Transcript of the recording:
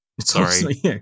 Sorry